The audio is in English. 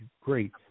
great